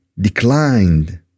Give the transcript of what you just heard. declined